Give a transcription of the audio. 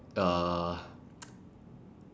uh